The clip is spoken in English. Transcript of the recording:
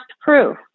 proof